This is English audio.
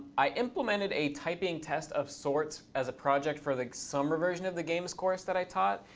i implemented a typing test of sorts as a project for the summer version of the games course that i taught.